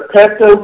Pesto